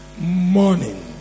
morning